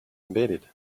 embedded